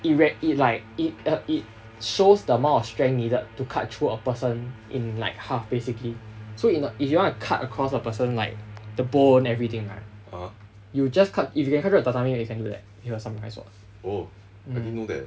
errec~ it like it uh it shows the amount of strength needed to cut through a person in like half basically so you know if you want to cut across a person like the bone everything right you just cut if you can through a tatami mat you can do that with your samurai sword mm